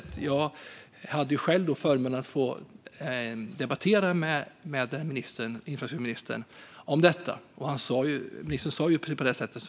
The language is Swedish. Jag hade själv förmånen att få debattera med infrastrukturministern om detta, och då sa han precis det som Isak From säger.